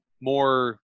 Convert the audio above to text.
more